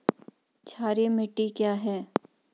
क्षारीय मिट्टी क्या है?